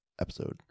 episode